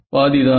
பாதிதான்